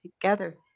together